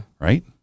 Right